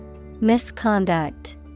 Misconduct